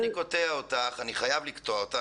אבל אני חייב לקטוע אותך,